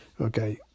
okay